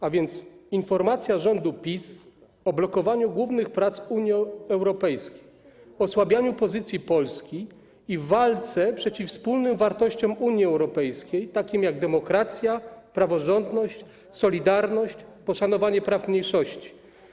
A więc: informacja rządu PiS o blokowaniu głównych prac z Unią Europejską, osłabianiu pozycji Polski i walce przeciw wspólnym wartościom Unii Europejskiej, takim jak demokracja, praworządność, solidarność, poszanowanie praw mniejszości.